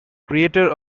creator